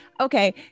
Okay